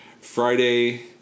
Friday